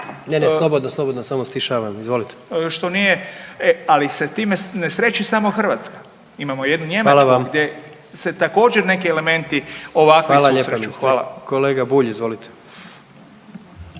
Ne, ne, slobodno, slobodno, samo stišavam, izvolite./… što nije, ali se s time ne sreće samo Hrvatska. Imamo jednu Njemačku …/Upadica: Hvala vam./… gdje se također neki elementi ovakvi susreli. Hvala. **Jandroković, Gordan (HDZ)** Kolega Bulj, izvolite.